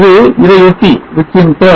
இது இதையொட்டி pv